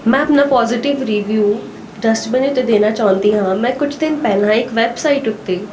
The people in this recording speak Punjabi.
ਮੈ ਆਪਣਾ ਪੋਜੀਟਿਵ ਰਿਵਿਊ ਡਸਬਿਨ 'ਤੇ ਦੇਣਾ ਚਾਹੁੰਦੀ ਹਾਂ ਮੈਂ ਕੁਝ ਦਿਨ ਪਹਿਲਾਂ ਇੱਕ ਵੈਬਸਾਈਟ ਉੱਤੇ